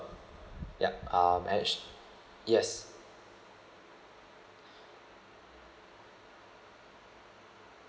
yup I'm actu~ yes